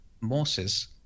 Moses